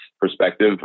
perspective